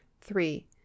three